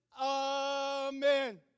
amen